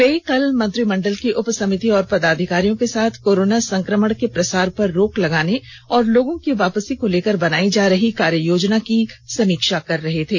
वे कल मंत्रिमंडल की उपसमिति और पदाधिकारियों के साथ कोरोना संक्रमण के प्रसार पर रोक लगाने और लोगों की वापसी को लेकर बनाई जा रही कार्ययोजना की समीक्षा कर रहे थे